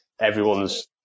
everyone's